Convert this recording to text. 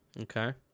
Okay